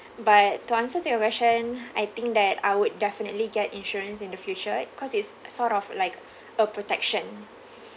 but to answer to your question I think that I would definitely get insurance in the future cause it's sort of like a protection